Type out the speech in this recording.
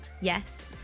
yes